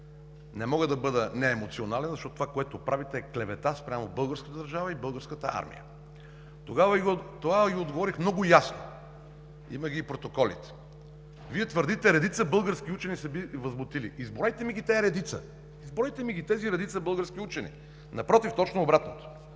Не мога да бъда неемоционален, защото това, което правите, е клевета спрямо българската държава и Българската армия. Тогава Ви отговорих много ясно, има ги и протоколите. Вие твърдите, че редица български учени се били възмутили. Избройте ми ги тези редица, избройте ми ги тези редица български учени. Напротив, точно обратното